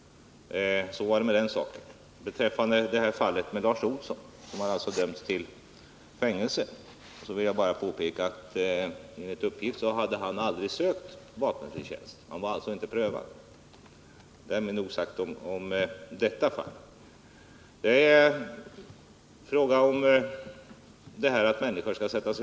Så var det med den saken. Beträffande Lars Olsson, som alltså dömts till fängelse, vill jag påpeka att enligt uppgift hade han aldrig sökt vapenfri tjänst. Han var alltså inte prövad. Nr 167 Därmed nog sagt om detta fall. Måndagen den Så några ord om att sätta människor i fängelse.